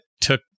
took